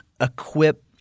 equip